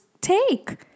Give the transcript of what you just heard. take